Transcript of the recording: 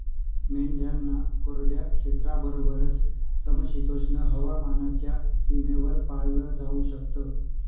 मेंढ्यांना कोरड्या क्षेत्राबरोबरच, समशीतोष्ण हवामानाच्या सीमेवर पाळलं जाऊ शकत